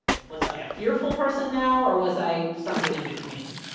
was i a fearful person now? or was i something in between?